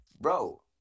bro